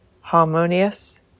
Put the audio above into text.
harmonious